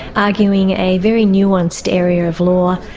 arguing a very nuanced area of law,